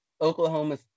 Oklahoma